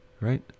right